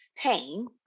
pain